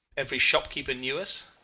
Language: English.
every shopkeeper knew us.